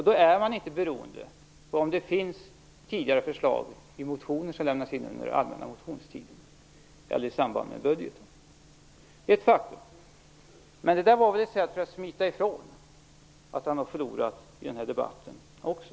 Då är man inte beroende av om det finns tidigare förslag i motioner som har lämnats in under allmänna motionstiden eller i samband med budgetbehandlingen. Detta är ett faktum. Men det var väl ett sätt att smita ifrån att han har förlorat i den här debatten också.